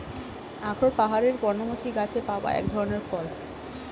আখরোট পাহাড়ের পর্ণমোচী গাছে পাওয়া এক ধরনের ফল